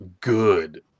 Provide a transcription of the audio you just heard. good